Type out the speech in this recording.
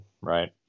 Right